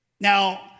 Now